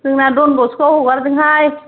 जोंना दन बसक'आव हगारदों हाय